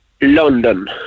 London